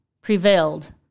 prevailed